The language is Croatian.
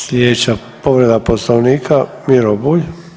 Slijedeća povreda Poslovnika, Miro Bulj.